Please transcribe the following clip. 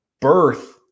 birth